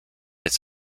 its